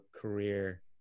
career